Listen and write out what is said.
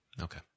Okay